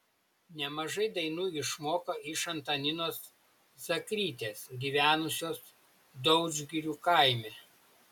nemažai dainų išmoko iš antaninos zakrytės gyvenusios daudžgirių kaime